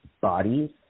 bodies